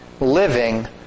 living